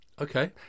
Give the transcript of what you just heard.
Okay